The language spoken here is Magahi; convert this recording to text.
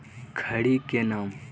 खड़ी के नाम?